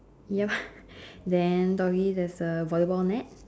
yup then doggy there's a volleyball net